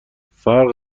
فرق